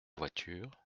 voiture